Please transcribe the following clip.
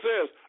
says